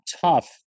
tough